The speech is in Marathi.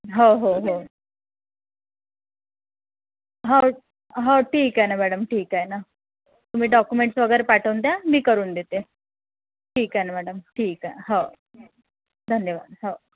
हो हो हो हो हो ठीक आहे ना मॅडम ठीक आहे ना तुम्ही डॉक्युमेंटस वगैरे पाठवून द्या मी करून देते ठीक आहे ना मॅडम ठीक आहे हो धन्यवाद हो